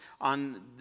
on